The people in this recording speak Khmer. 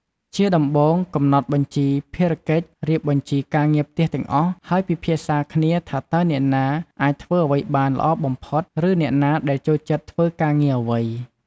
ជាដំបូង កំណត់បញ្ជីភារកិច្ច រៀបបញ្ជីការងារផ្ទះទាំងអស់ ហើយពិភាក្សាគ្នាថាតើអ្នកណាអាចធ្វើអ្វីបានល្អបំផុត ឬអ្នកណាដែលចូលចិត្តធ្វើការងារអ្វី។